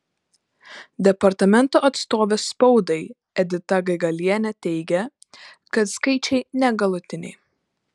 departamento atstovė spaudai edita gaigalienė teigia kad skaičiai negalutiniai